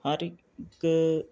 ਹਰ ਇੱਕ